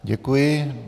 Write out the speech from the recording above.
Děkuji.